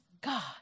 God